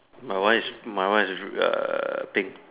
my one is my one is err pink